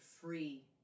free